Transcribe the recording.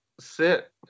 sit